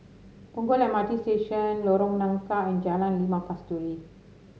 Punggol M R T Station Lorong Nangka and Jalan Limau Kasturi